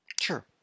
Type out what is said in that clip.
Sure